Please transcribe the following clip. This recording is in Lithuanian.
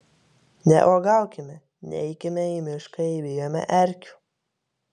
neuogaukime neikime į mišką jei bijome erkių